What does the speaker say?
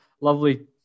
lovely